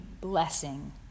blessing